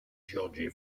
giorgio